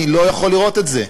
אני לא יכול לראות את זה,